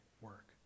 work